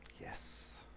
yes